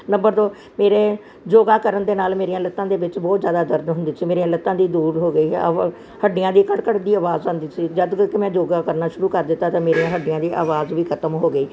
number ਦੋ ਮੇਰੇ ਯੋਗਾ ਕਰਨ ਦੇ ਨਾਲ ਮੇਰੀਆਂ ਲੱਤਾਂ ਦੇ ਵਿੱਚ ਬਹੁਤ ਜ਼ਿਆਦਾ ਦਰਦ ਹੁੰਦੇ ਸੀ ਮੇਰੀਆਂ ਲੱਤਾਂ ਦੀ ਦੂਰ ਹੋ ਗਈ ਹੱਡੀਆਂ ਦੀ ਕੜ ਕੜ ਦੀ ਆਵਾਜ਼ ਆਉਂਦੀ ਸੀ ਜਦ ਕਿ ਇੱਕ ਮੈਂ ਜੋਗਾ ਕਰਨਾ ਸ਼ੁਰੂ ਕਰ ਦਿੱਤਾ ਅਤੇ ਮੇਰੀਆਂ ਹੱਡੀਆਂ ਦੀ ਆਵਾਜ਼ ਵੀ ਖਤਮ ਹੋ ਗਈ